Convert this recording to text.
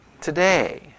today